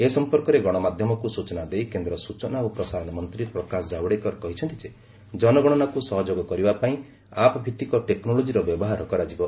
ଏ ସଂପର୍କରେ ଗଣମାଧ୍ୟମକୁ ସୂଚନା ଦେଇ କେନ୍ଦ୍ର ସୂଚନା ଓ ପ୍ରସାରଣ ମନ୍ତ୍ରୀ ପ୍ରକାଶ ଜାୱଡ଼େକର କହିଛନ୍ତି ଯେ ଜନଗଣନାକୁ ସହଯୋଗ କରିବା ପାଇଁ ଆପ୍ ଭିଭିକ ଟେକ୍ନୋଲୋଜିର ବ୍ୟବହାର କରାଯିବ